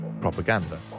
propaganda